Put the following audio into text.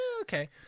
okay